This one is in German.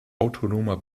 autonomer